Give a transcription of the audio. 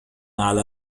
على